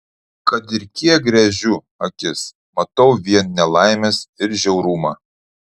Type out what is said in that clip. kad ir kur gręžiu akis matau vien nelaimes ir žiaurumą